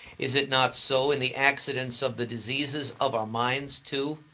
is it not so in the accidents of the diseases of our mind too?